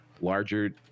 larger